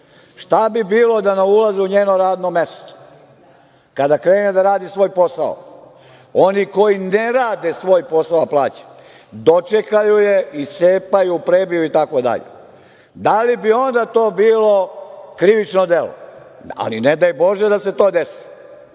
šta bi bilo da na ulazu u njeno radno mesto, kada krene da radi svoj posao, oni koji ne rade svoj posao a plaćeni su, dočekaju je, iscepaju, prebiju, itd, da li bi onda to bilo krivično delo? Ali, ne daj bože da se to